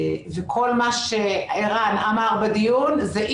וכל מה שערן אמר בדיון זה,